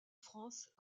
france